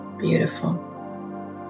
beautiful